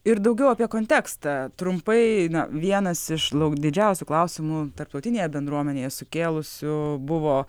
ir daugiau apie kontekstą trumpai na vienas iš lauk didžiausių klausimų tarptautinėje bendruomenėje sukėlusių buvo